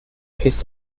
his